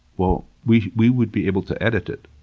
well, we we would be able to edit it.